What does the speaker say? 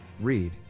Read